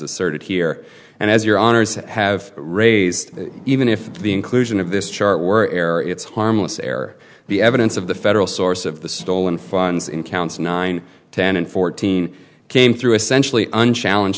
asserted here and as your honour's have raised even if the inclusion of this chart were error it's harmless error the evidence of the federal source of the stolen funds in counts nine ten and fourteen came through essentially unchallenge